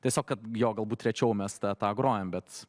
tiesiog kad jo galbūt rečiau mes tą tą grojam bet